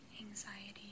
anxiety